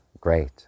great